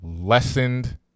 lessened